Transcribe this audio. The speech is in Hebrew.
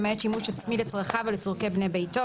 למעט שימוש עצמי לצרכיו או לצורכי בני ביתו,